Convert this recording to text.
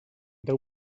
deu